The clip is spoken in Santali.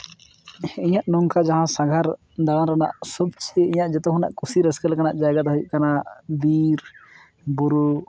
ᱤᱧᱟᱹᱜ ᱱᱚᱝᱠᱟ ᱡᱟᱦᱟᱸ ᱥᱟᱸᱜᱷᱟᱨ ᱫᱟᱬᱟᱱ ᱨᱮᱱᱟᱜ ᱥᱩᱠ ᱤᱧᱟᱹᱜ ᱡᱚᱛᱚ ᱠᱷᱚᱱᱟᱜ ᱠᱩᱥᱤ ᱨᱟᱹᱥᱠᱟᱹ ᱞᱮᱠᱟᱱᱟᱜ ᱡᱟᱭᱜᱟ ᱫᱚ ᱦᱩᱭᱩᱜᱫ ᱠᱟᱱᱟ ᱵᱤᱨ ᱵᱩᱨᱩ